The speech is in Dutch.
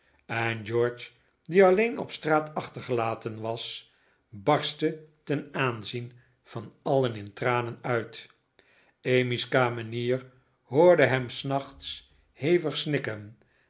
en george die alleen op straat achtergelaten was barstte ten aanzien van alien in traneh uit emmy's kamenier hoorde hem s nachts hevig snikken